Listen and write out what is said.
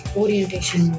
orientation